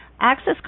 Access